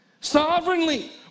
Sovereignly